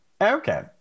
Okay